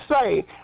say